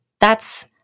That's-